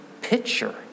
picture